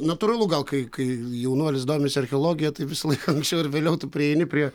natūralu gal kai kai jaunuolis domisi archeologija tai visą laiką anksčiau ar vėliau tu prieini prie